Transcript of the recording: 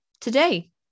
today